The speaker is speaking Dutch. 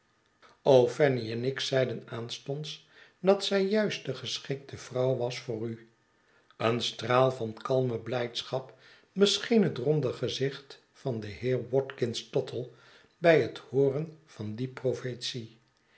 fanny en ik zeiden aanstonds dat zij juist de geschikte vrouw was voor u een straal van kalme blijdschap bescheen hetronde gezicht van den heer watkins tottle bij het hooren van die profetie